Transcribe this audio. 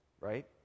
Right